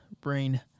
brain